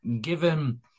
given